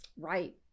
Right